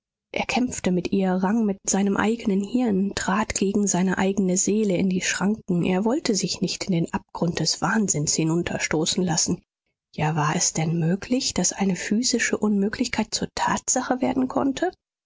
er kämpfte mit ihr rang mit seinem eigenen hirn trat gegen seine eigene seele in die schranken er wollte sich nicht in den abgrund des wahnsinns hinunterstoßen lassen ja war es denn möglich daß eine physische unmöglichkeit zur tatsache werden konnte